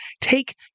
take